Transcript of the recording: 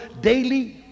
daily